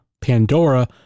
Pandora